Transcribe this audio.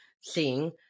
seeing